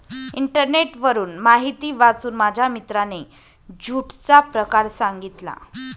इंटरनेटवरून माहिती वाचून माझ्या मित्राने ज्यूटचा प्रकार सांगितला